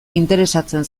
interesatzen